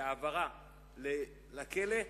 בהעברה לכלא,